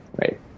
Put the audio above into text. right